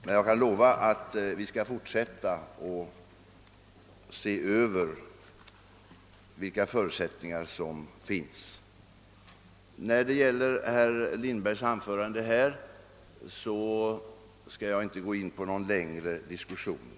Men jag kan lova att vi skall fortsätta undersökningarna och se över vilka förutsättningar som finns. Jag skall inte gå in på någon längre diskussion i anledning av herr Lindbergs anförande här.